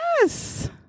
yes